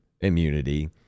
immunity